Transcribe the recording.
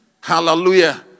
Hallelujah